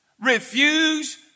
Refuse